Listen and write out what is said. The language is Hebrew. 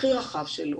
הכי רחב שלו.